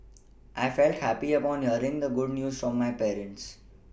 I felt happy upon hearing the good news from my parents